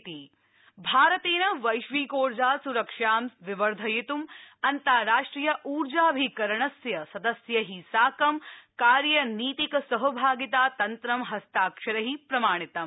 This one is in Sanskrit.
इण्डिया आईई भारतेन वैश्विकोर्जास्रक्षा विवर्धयित् अन्ताराष्ट्रिय ऊर्जाभिकरणस्य सदस्यै साकं कार्यनीतिक सहभागितातन्त्र हस्ताक्षरै प्रमाणितम्